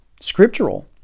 scriptural